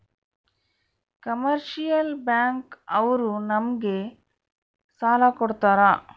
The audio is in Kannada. ಕಮರ್ಷಿಯಲ್ ಬ್ಯಾಂಕ್ ಅವ್ರು ನಮ್ಗೆ ಸಾಲ ಕೊಡ್ತಾರ